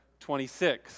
26